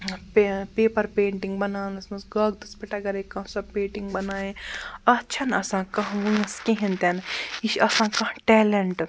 ٲں paper painting بَناونَس مَنٛز کاغدَس پٮ۪ٹھ اَگَرٔے کانٛہہ سۄ پینٹِنٛگ بَنایہِ اَتھ چھَنہٕ آسان کانٛہہ وٲنٛس کِہیٖنۍ تہِ نہٕ یہِ چھُ آسان کانٛہہ ٹیلیٚنٛٹ